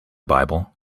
bible